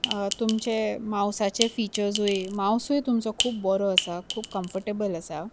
तुमचे मावसाचे फिचर्सूय मावसूय तुमचो खूब बरो आसा खूब कम्फर्टेबल आसा